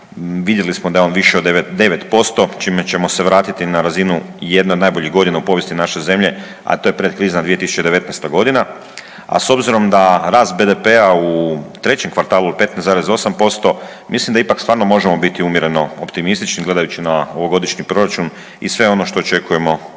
vidjeli smo da je on više od 9%, čime ćemo se vratiti na razinu jedne od najboljih godine u povijesti naše zemlje, a to je pretkrizna 2019. godina, a s obzirom da je rast BDP-a u trećem kvartalu 15,8% mislim da ipak stvarno možemo biti umjereno optimistični, gledajući na ovogodišnji proračun i sve ono što očekujemo